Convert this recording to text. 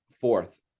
fourth